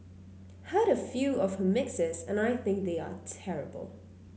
heard a few of her mixes and I think they are terrible